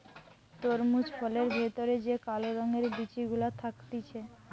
তরমুজ ফলের ভেতর যে কালো রঙের বিচি গুলা থাকতিছে